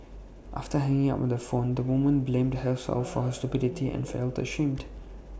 after hanging up on the phone the woman blamed herself for her stupidity and felt ashamed